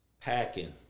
packing